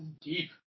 deep